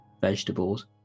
vegetables